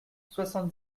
soixante